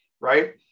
right